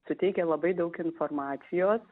suteikia labai daug informacijos